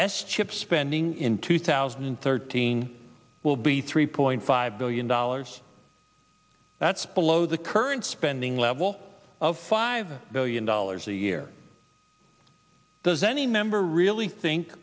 s chip spending in two thousand and thirteen will be three point five billion dollars that's below the current spending level of five billion dollars a year does any member really think